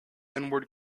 inward